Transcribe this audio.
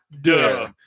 duh